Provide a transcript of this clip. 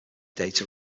data